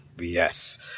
Yes